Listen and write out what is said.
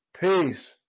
Peace